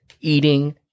eating